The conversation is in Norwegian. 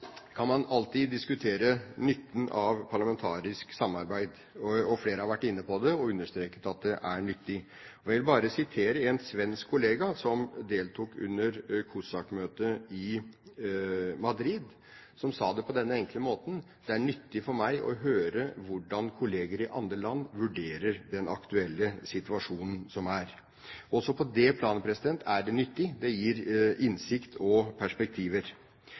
kan man alltid diskutere nytten av parlamentarisk samarbeid. Flere har vært inne på det og understreket at det er nyttig. Jeg vil bare sitere en svensk kollega som deltok under COSAC-møtet i Madrid, som sa det på denne enkle måten: Det er nyttig for meg å høre hvordan kolleger i andre land vurderer den aktuelle situasjonen som er. Også på det planet er det nyttig – det gir innsikt og perspektiver.